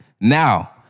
Now